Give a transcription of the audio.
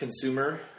Consumer